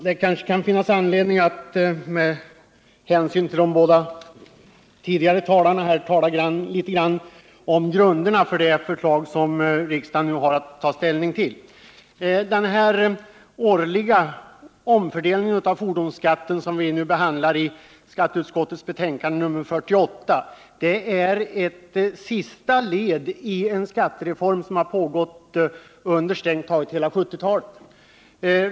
Herr talman! Med hänsyn till vad de båda tidigare talarna sagt kan det kanske finnas anledning att tala litet grand om grunderna för det förslag som riksdagen nu har att ta ställning till. Den årliga omfördelning av fordonsskatten som behandlas i skatteutskottets betänkande nr 48 är ett sista led i en skattereform som pågått under strängt taget hela 1970-talet.